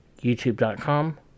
youtube.com